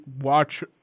watch